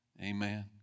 Amen